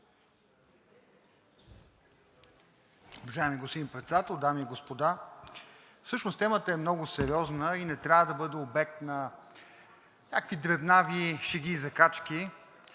уважаеми дами и господа! Всъщност темата е много сериозна и не трябва да бъде обект на някакви дребнави шеги и закачки,